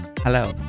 Hello